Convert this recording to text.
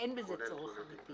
אין בזה צורך אמיתי.